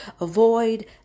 Avoid